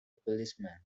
policeman